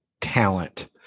talent